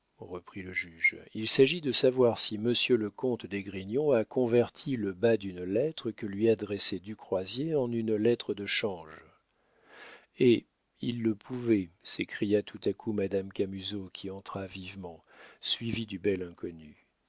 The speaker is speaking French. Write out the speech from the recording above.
reprit le juge il s'agit de savoir si monsieur le comte d'esgrignon a converti le bas d'une lettre que lui adressait du croisier en une lettre de change eh il le pouvait s'écria tout à coup madame camusot qui entra vivement suivie du bel inconnu